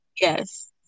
yes